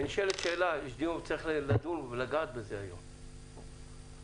אנחנו צריכים לגעת בזה היום בדיון,